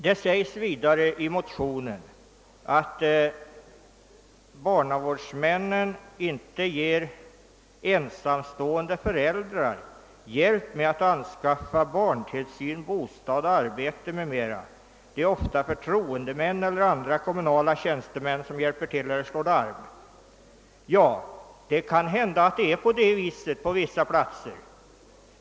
Det sägs vidare i motionen att barnavårdsmännen inte ger ensamstående föräldrar hjälp med att anskaffa barntillsyn, bostad, arbete m.m. och att det ofta är förtroendemän eller andra kommunala tjänstemän som hjälper till eller slår larm. Ja, det kan hända att det är på det viset på vissa platser.